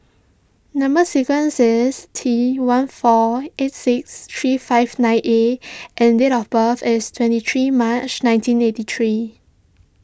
Number Sequence is T one four eight six three five nine A and date of birth is twenty three March nineteen eighty three